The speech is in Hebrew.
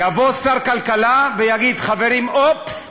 יבוא שר כלכלה ויגיד: חברים, אופס,